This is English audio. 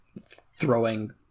throwing